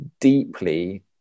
deeply